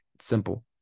simple